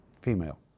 Female